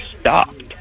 stopped